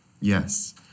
Yes